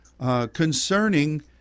concerning